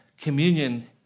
communion